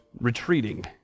retreating